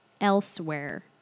elsewhere